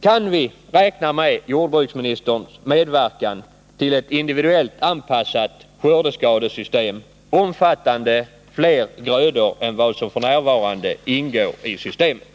Kan vi räkna med jordbruksministerns medverkan till ett individuellt anpassat skördeskadeskyddssystem omfattande fler grödor än som f. n. ingår i systemet?